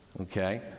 okay